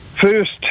First